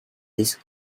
this